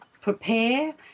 prepare